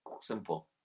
Simple